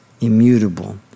Immutable